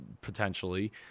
potentially